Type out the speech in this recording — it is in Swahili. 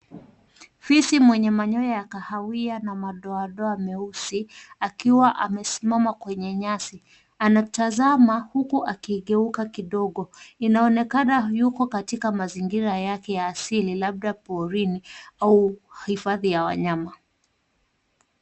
Fisi mwenye manyoya ya kahawia na madoadoa meusi akiwa amesimama kwenye nyasi anatazama huku akiigeuka kidogo, inaonekana yuko katika mazingira yake ya asili labda porini au hifadhi ya wanyama.